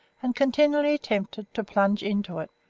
and continually tempted to plunge into it.